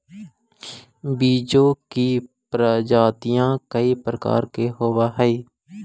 बीजों की प्रजातियां कई प्रकार के होवअ हई